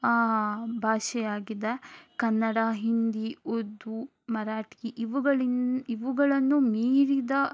ಭಾಷೆಯಾಗಿದೆ ಕನ್ನಡ ಹಿಂದಿ ಉರ್ದು ಮರಾಠಿ ಇವುಗಳಿನ್ ಇವುಗಳನ್ನು ಮೀರಿದ